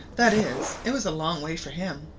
that is, it was a long way for him,